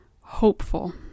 hopeful